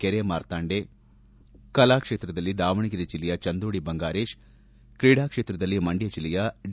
ಕೆರೆ ಮಾರ್ತಾಂಡೆ ಕಲಾಕ್ಷೇತ್ರದಲ್ಲಿ ದಾವಣಗೆರೆ ಜಿಲ್ಲೆಯ ಚಂದೋಡಿ ಬಂಗಾರೇಶ್ ಕ್ರೀಡಾ ಕ್ಷೇತ್ರದಲ್ಲಿ ಮಂಡ್ಕ ಜಿಲ್ಲೆಯ ಡಿ